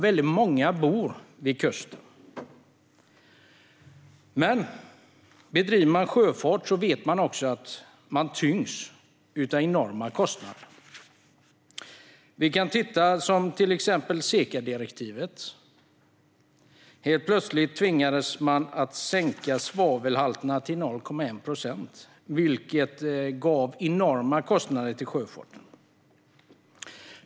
Väldigt många bor också vid kusten. Men den som bedriver sjöfart vet också att man tyngs av enorma kostnader. Vi kan till exempel titta på SECA-direktivet: Helt plötsligt tvingades man att sänka svavelhalterna till 0,1 procent, vilket skapade enorma kostnader för sjöfarten.